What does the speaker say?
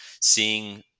Seeing